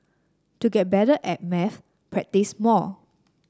to get better at maths practise more